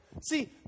See